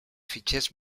fitxers